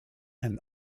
and